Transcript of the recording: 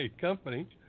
company